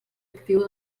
actiu